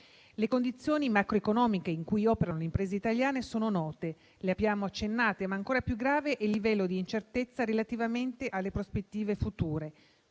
Le condizioni macroeconomiche in cui operano le imprese italiane sono note e le abbiamo accennate, ma ancora più grave è il livello d'incertezza relativamente alle prospettive future: